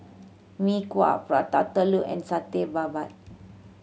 Mee Kuah Prata Telur and Satay Babat